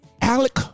Alec